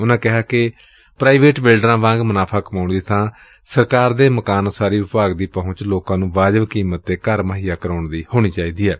ਉਨੂਾ ਕਿਹਾ ਕਿ ਨਿੱਜੀ ਬਿਲਡਰਾ ਵਾਂਗ ਮੁਨਾਫਾ ਕਮਾਉਣ ਦੀ ਥਾ ਸਰਕਾਰ ਦੇ ਮਕਾਨ ਉਸਾਰੀ ਵਿਭਾਗ ਦੀ ਪਹੁੰਚ ਲੋਕਾਂ ਨੂੰ ਵਾਜਬ ਕੀਮਤ ਉੱਤੇ ਘਰ ਮੁਹੱਈਆ ਕਰਾਉਣ ਦੀ ਹੋਣੀ ਚਾਹੀਦੀ ਏ